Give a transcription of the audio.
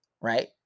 right